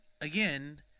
again